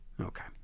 okay